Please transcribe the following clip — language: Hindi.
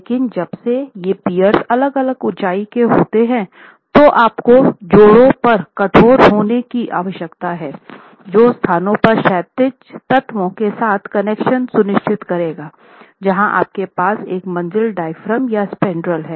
लेकिन जब से ये पियर्स अलग अलग ऊंचाइयों के होते हैं तो आपको जोड़ों पर कठोर होने की आवश्यकता है जो स्थानों पर क्षैतिज तत्वों के साथ कनेक्शन सुनिश्चित करेगा जहां आपके पास एक मंजिल डायाफ्राम या स्पैन्ड्रेल है